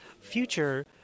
future